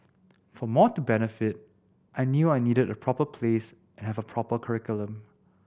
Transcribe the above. for more to benefit I knew I needed a proper place and have a proper curriculum